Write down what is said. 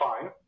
fine